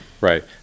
right